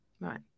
Right